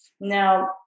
Now